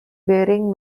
bearing